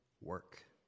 work